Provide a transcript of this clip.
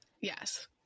yes